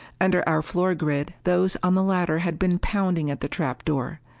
under our floor grid, those on the ladder had been pounding at the trap door.